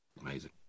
Amazing